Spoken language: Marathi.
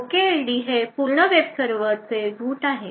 OKLD हे पूर्ण वेब सर्वरचे रूट आहे